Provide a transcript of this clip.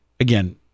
Again